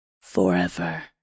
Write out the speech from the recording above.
forever